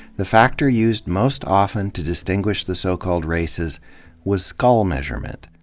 the factor used most often to distinguish the so-called races was skull measurement.